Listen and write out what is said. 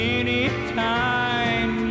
anytime